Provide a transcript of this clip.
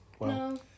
No